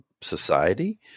society